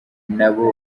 nabo